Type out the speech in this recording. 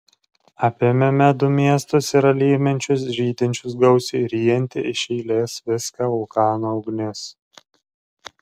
apėmė medų miestus ir alyvmedžius žydinčius gausiai ryjanti iš eilės viską vulkano ugnis